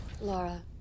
Laura